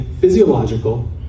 physiological